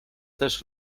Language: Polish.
też